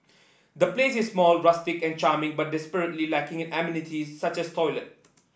the place is small rustic and charming but desperately lacking in amenities such as toilet